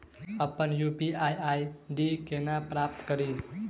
अप्पन UPI ID केना पत्ता कड़ी?